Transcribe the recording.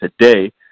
today